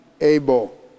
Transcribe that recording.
Abel